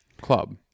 club